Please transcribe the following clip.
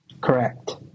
Correct